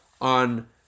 on